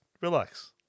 relax